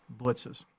blitzes